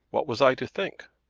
what was i to think?